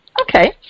Okay